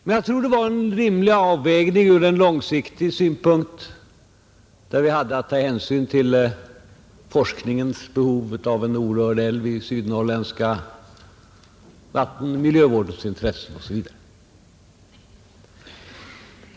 Men jag tror det var en rimlig avvägning ur en långsiktig synpunkt, där vi hade att ta hänsyn till forskningens behov av en orörd älv i Sydnorrland, miljövårdens intressen osv.